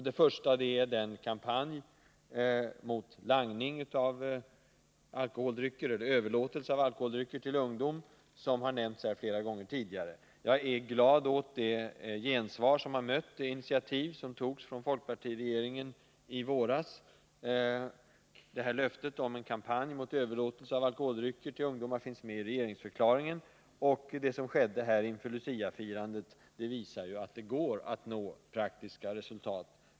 Det första är kampanjen mot överlåtelse av alkohol till ungdom, som har nämnts här flera gånger tidigare. Jag är glad åt det gensvar som har mött det initiativ folkpartiregeringen tog i våras. Löftet om en kampanj mot 85 överlåtelse av alkoholdrycker till ungdom finns med i regeringsförklaringen. Det som skedde inför Luciafirandet visar att det går att nå praktiska resultat.